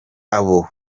abo